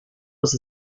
was